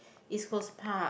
East Coast Park